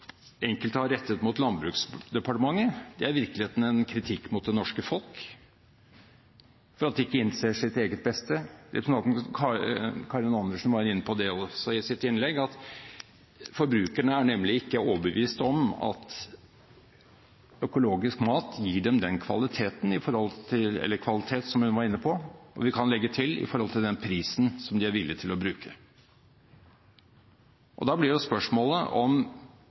enkelte har rettet mot Landbruksdepartementet, er i virkeligheten en kritikk mot det norske folk for at de ikke innser sitt eget beste. Representanten Karin Andersen var inne på det også i sitt innlegg, at forbrukerne er nemlig ikke overbevist om at økologisk mat gir dem den kvaliteten, eller kvalitet, som hun var inne på, og vi kan legge til i forhold til den prisen som de er villig til å betale, slik at argumentet videre blir